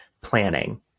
planning